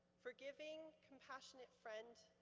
forgiving, compassionate friend,